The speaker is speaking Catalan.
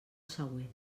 següent